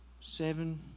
seven